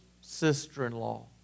sister-in-law